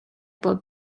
bob